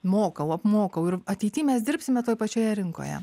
mokau apmokau ir ateity mes dirbsime toj pačioje rinkoje